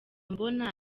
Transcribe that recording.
mbona